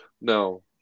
No